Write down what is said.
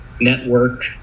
network